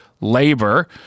labor